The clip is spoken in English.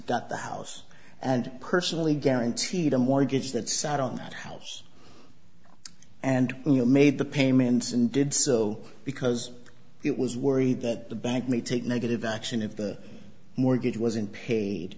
that the house and personally guaranteed a mortgage that sat on that house and you made the payments and did so because it was worried that the bank may take negative action if the mortgage wasn't